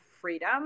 freedom